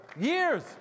years